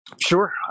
Sure